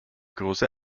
große